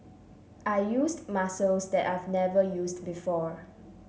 I used muscles that I've never used before